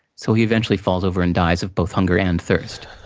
so he eventually falls over and dies of both hunger and thirst.